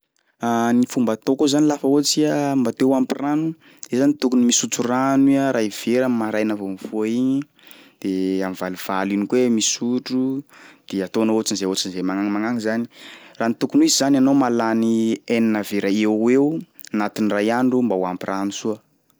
Ny fomba atao koa zany lafa ohatry iha mba te ho ampy rano, iha zany mba tokony misotro rano iha ray vera am'maraina vao mifoha igny de am'valovalo igny koa iha misotro de ataonao ohatsin'zay ohatsin'zay magnagny magnagny zany, raha ny tokony ho izy zany anao mahalany enina vera eo ho eo anatin'ny ray andro mba ho ampy rano soa.